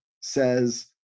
says